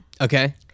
Okay